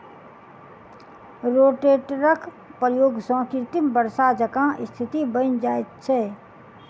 रोटेटरक प्रयोग सॅ कृत्रिम वर्षा जकाँ स्थिति बनि जाइत छै